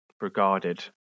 regarded